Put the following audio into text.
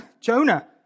Jonah